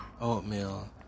Oatmeal